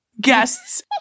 guests